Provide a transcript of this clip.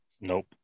Nope